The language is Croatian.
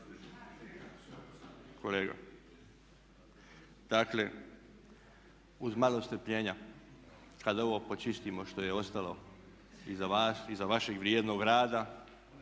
pozivate. Dakle, uz malo strpljenja, kada ovo počistimo što je ostalo iza vas, iza vašeg vrijednog rada